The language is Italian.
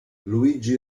luigi